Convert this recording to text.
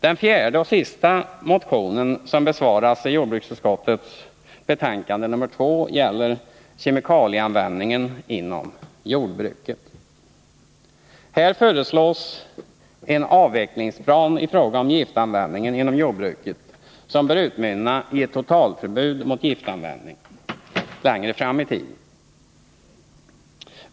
Den fjärde och sista vpk-motion som behandlas i jordbruksutskottets betänkande nr 2 gäller kemikalieanvändningen inom jordbruket. Här föreslås en avvecklingsplan i fråga om giftanvändningen inom jordbruket som bör utmynna i ett totalförbud mot giftanvändning längre fram i tiden.